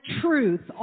truth